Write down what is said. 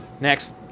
Next